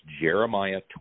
Jeremiah